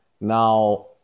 Now